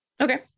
Okay